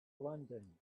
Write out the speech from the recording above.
london